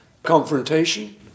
confrontation